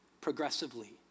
progressively